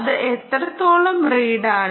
അത് എത്രത്തോളം റീഡാണ്